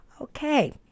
Okay